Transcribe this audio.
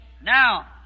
Now